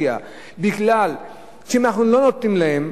בגלל שאם לא נותנים להם,